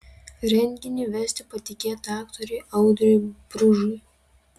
renginį vesti patikėta aktoriui audriui bružui